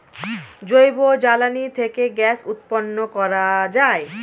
জৈব জ্বালানি থেকে গ্যাস উৎপন্ন করা যায়